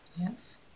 Yes